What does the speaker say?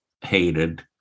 hated